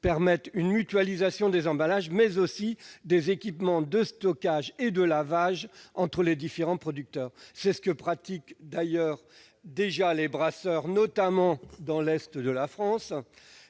permet une mutualisation des emballages, mais aussi des équipements de stockage et de lavage entre les différents producteurs. C'est d'ailleurs ce que pratiquent déjà les brasseurs, notamment dans l'est de la France.